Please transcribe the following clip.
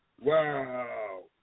Wow